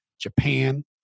Japan